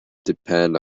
depend